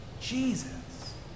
Jesus